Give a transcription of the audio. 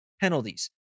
Penalties